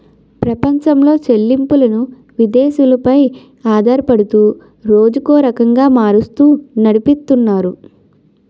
ప్రపంచంలో చెల్లింపులను విదేశాలు పై ఆధారపడుతూ రోజుకో రకంగా మారుస్తూ నడిపితున్నారు